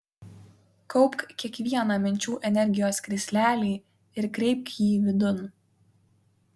kaupk kiekvieną minčių energijos krislelį ir kreipk jį vidun